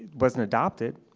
wasn't adopted.